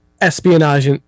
espionage